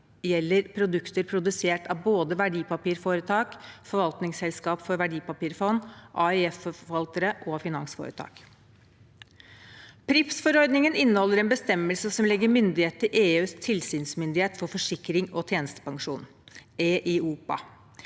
gjelder produkter produsert av både verdipapirforetak, forvaltningsselskap for verdipapirfond, AIF-forvaltere og finansforetak. PRIIPs-forordningen inneholder en bestemmelse som legger myndighet til EUs tilsynsmyndighet for forsikring og tjenestepensjon, EIOPA,